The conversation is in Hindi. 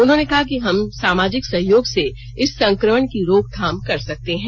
उन्होंने कहा कि हम सामाजिक सहयोग से इस संकमण की रोकथाम कर सकते हैं